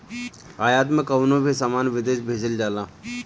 आयात में कवनो भी सामान विदेश भेजल जाला